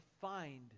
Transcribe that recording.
find